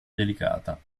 dedicata